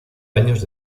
años